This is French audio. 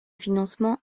financement